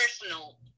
personal